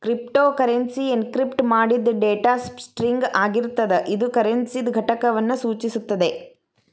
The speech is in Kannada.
ಕ್ರಿಪ್ಟೋಕರೆನ್ಸಿ ಎನ್ಕ್ರಿಪ್ಟ್ ಮಾಡಿದ್ ಡೇಟಾ ಸ್ಟ್ರಿಂಗ್ ಆಗಿರ್ತದ ಇದು ಕರೆನ್ಸಿದ್ ಘಟಕವನ್ನು ಸೂಚಿಸುತ್ತದೆ